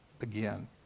again